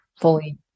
fully